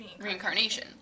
reincarnation